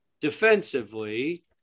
defensively